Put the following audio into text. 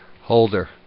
holder